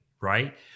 right